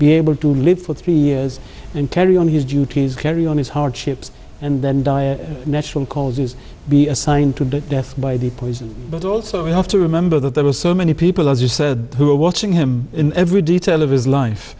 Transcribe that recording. be able to live for three years and carry on his duties carry on his hardships and then die of natural causes be assigned to death by the poison but also we have to remember that there are so many people as you said who are watching him in every detail